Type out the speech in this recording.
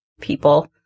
people